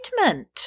treatment